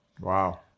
Wow